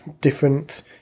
different